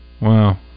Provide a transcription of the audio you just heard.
Wow